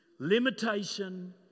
limitation